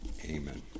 Amen